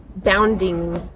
bounding